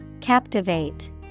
Captivate